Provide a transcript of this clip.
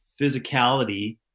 physicality